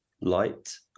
light